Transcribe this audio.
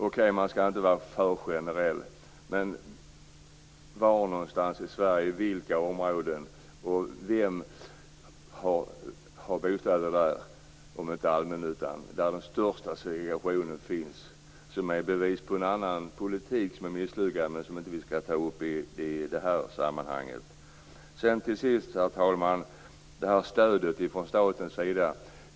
Okej, man skall inte vara för generell, men var i Sverige finns den största segregationen och vilka har bostäder där om inte allmännyttan? Denna segregation är ett bevis på en annan misslyckad politik som vi dock inte skall ta upp i det här sammanhanget. Till sist, herr talman, vill jag ta upp det här stödet från staten.